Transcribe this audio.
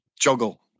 juggle